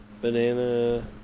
Banana